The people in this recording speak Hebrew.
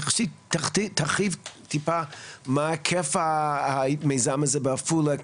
תרחיב טיפה מה היקף המיזם הזה בעפולה,